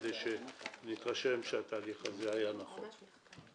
כדי שנתרשם שהתהליך הזה היה נכון.